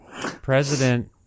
president